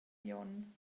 glion